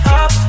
up